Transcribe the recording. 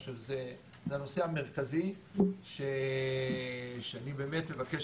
אני חושב שזה הנושא המרכזי שאני באמת מבקש